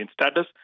status